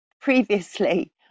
previously